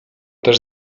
też